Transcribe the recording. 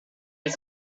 est